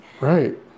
Right